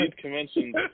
conventions